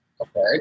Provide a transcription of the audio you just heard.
Okay